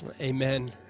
amen